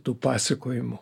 tų pasakojimų